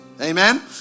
Amen